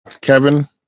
Kevin